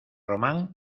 román